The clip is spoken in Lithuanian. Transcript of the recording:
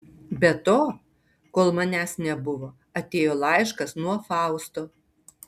be to kol manęs nebuvo atėjo laiškas nuo fausto